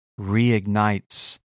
reignites